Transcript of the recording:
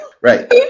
right